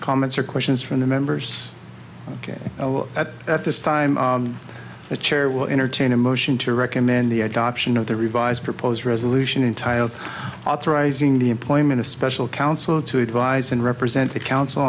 comments or questions from the members ok that at this time the chair will entertain a motion to recommend the adoption of the revised proposed resolution entire authorize in the employment of special counsel to advise and represent the council